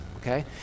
okay